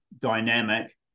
dynamic